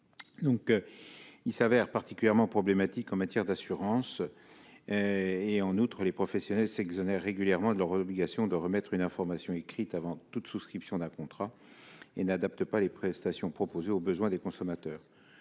s'avère particulièrement problématique en matière d'assurances. En outre, les professionnels s'exonèrent régulièrement de leur obligation de remettre une information écrite avant toute souscription d'un contrat et n'adaptent pas les prestations proposées aux besoins des consommateurs.